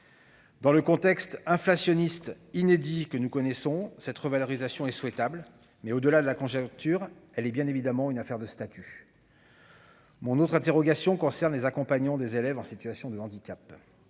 Dans le contexte inflationniste inédit que nous connaissons, cette revalorisation est souhaitable, mais, au-delà de la conjoncture, elle est bien évidemment une affaire de statut. Mon autre interrogation concerne les accompagnants des élèves en situation de handicap